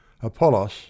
Apollos